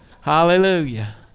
Hallelujah